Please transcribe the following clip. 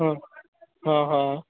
हम्म हा हा